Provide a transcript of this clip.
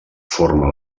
forma